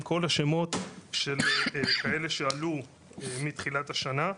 כל השמות של אנשים שעלו מתחילת השנה,